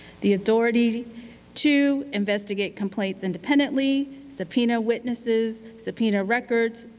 the authority to investigate complaints independently, subpoena witnesses, subpoena records,